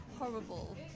horrible